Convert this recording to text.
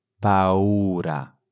paura